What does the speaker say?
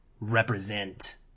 represent